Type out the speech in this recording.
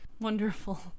Wonderful